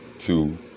two